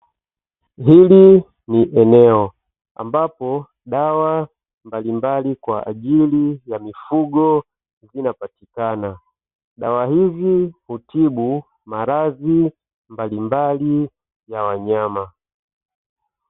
Hili ni eneo ambapo dawa mbalimbali kwa ajili ya mifugo zinapatikana, dawa hizi hutibu maradhi mbalimbali ya wanyama.